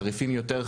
חריפים יותר,